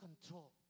control